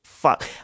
Fuck